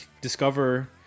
discover